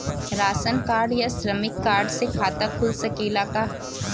Ration card या श्रमिक card से खाता खुल सकेला का?